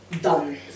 done